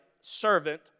servant